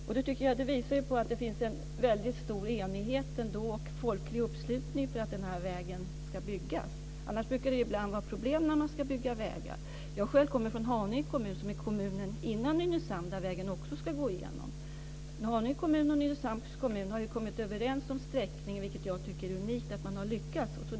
Detta tycker jag visar att det finns en väldigt stor enighet om och folklig uppslutning för att denna väg ska byggas, annars brukar det ju ibland vara problem när man ska bygga vägar. Jag kommer själv från Haninge kommun som är kommunen före Nynäshamn och genom vilken vägen också ska gå. Haninge kommun och Nynäshamns kommun har ju kommit överens om sträckningen, vilket jag tycker är unikt att man har lyckats med.